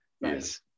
yes